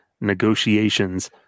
negotiations